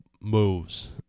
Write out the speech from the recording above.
moves